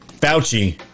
Fauci